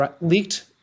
leaked